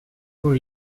woon